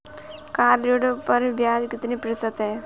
Car ऋण पर ब्याज कितने प्रतिशत है?